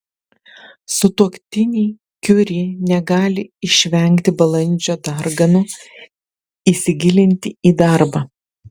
sutuoktiniai kiuri negali išvengti balandžio darganų įsigilinti į darbą